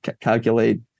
calculate